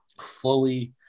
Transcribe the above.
fully